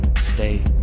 stay